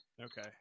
Okay